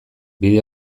bide